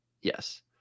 Yes